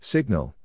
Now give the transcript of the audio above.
Signal